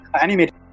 animated